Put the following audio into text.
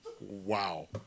Wow